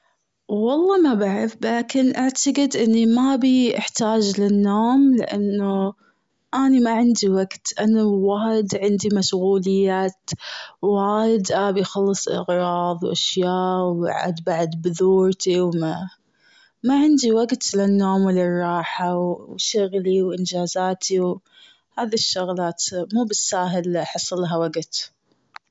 والله ما بعرف لكن اعتقد إني ما بي احتاج للنوم لأنه، أني ما عندي وقت. أنا وايد عندي مشغوليات وايد ابي اخلص اغراض و أشياء و بعد- بعد بذورتي ما-ما عندي وقت للنوم و للراحة و شغلي و انجازاتي هذي الشغلات مو بستاهل احصل لها وقت.